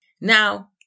Now